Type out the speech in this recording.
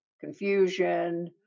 confusion